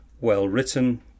well-written